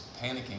panicking